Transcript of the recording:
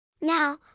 Now